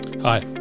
Hi